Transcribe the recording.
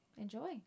Enjoy